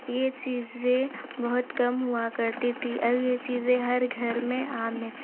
یہ چیزیں بہت کم ہوا کرتی تھی اب یہ چیزیں ہر گھر میں عام ہے